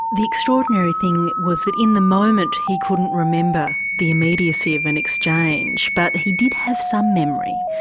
the extraordinary thing was that in the moment he couldn't remember the immediacy of an exchange but he did have some memory,